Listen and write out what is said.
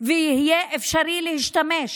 ויהיה אפשר להשתמש